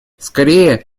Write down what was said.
скорее